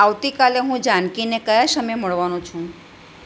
આવતીકાલે હું જાનકીને કયા સમયે મળવાનો છું